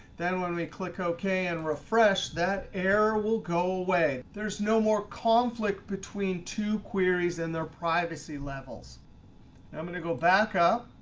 then when we click ok and refresh, that error will go away. there's no more conflict between two queries in their privacy levels. now i'm going to go back up,